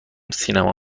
سینما